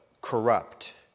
corrupt